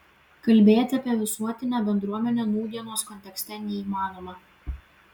kalbėti apie visuotinę bendruomenę nūdienos kontekste neįmanoma